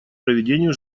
проведению